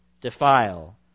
defile